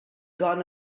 gone